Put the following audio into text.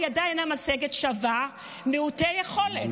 משגת" שווה מעוטי יכולת.